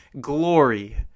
glory